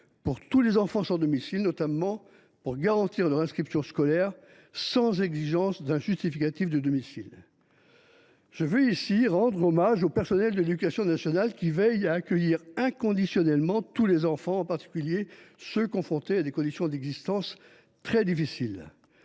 pour tous les enfants sans domicile, afin de garantir notamment leur inscription scolaire sans exigence d’un justificatif de domicile. Je veux ici rendre hommage aux personnels de l’éducation nationale qui veillent à accueillir inconditionnellement tous les enfants, en particulier ceux qui sont confrontés à des conditions d’existence très difficiles.